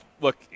look